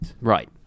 Right